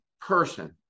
person